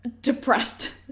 depressed